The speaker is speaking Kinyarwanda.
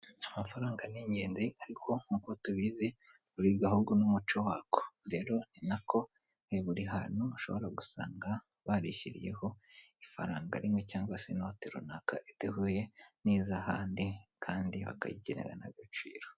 Amafaranga ni ingenzi ariko nk'uko tubizi buri gaho n'umuco wako rero ni na ko buri hantu bashobora gusanga barishyiriyeho ifaranga rimwe cyangwa se inote runaka idahuye n'izahandi kandi bakayigenera n'agaciro.